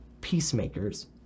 peacemakers